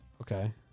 Okay